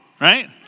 right